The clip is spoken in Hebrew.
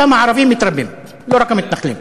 גם הערבים מתרבים, לא רק המתנחלים.